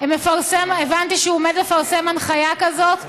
הבנתי שהוא עומד לפרסם הנחיה כזאת,